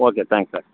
okay thanks sir